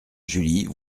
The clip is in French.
julie